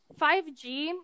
5g